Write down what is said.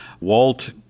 Walt